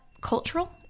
cultural